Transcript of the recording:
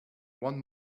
one